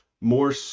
more